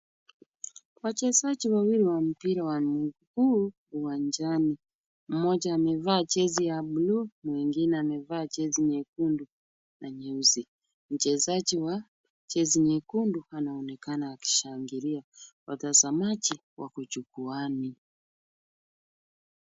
Wachezaji wawili wa mpira wa mguu, uwanjani. Mmoja amevaa jezi ya bluu, mwingine amevaa jezi nyekundu na nyeusi. Mchezaji wa jezi nyekundu anaonekana akishangilia. Watazamaji wako jukwaani.